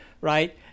right